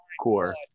core